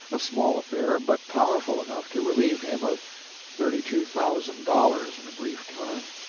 a small affair, but powerful enough to relieve him of thirty-two thousand dollars in a brief time.